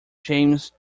james